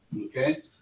okay